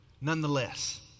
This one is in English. nonetheless